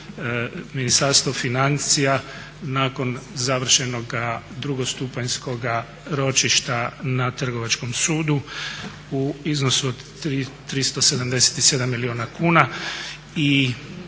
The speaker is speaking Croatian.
Ministarstvo financija nakon završenoga drugostupanjskoga ročišta na trgovačkom sudu u iznosu od 377 milijuna kuna.